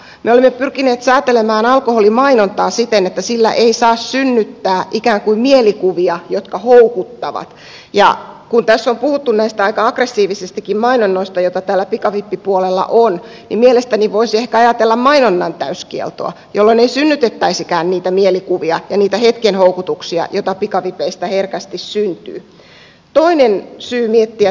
me olemme pyrkineet säätelemään alkoholimainontaa siten että sillä ei saa synnyttää ikään kuin mielikuvia jotka houkuttavat ja kun tässä on puhuttu näistä aika aggressiivisistakin mainonnoista joita täällä pikavippipuolella on niin mielestäni voisi ehkä ajatella mainonnan täyskieltoa jolloin ei synnytettäisikään niitä mielikuvia ja hetken houkutuksia joita pikavipeistä herkästi syntyy